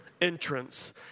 entrance